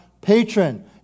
patron